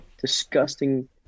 disgusting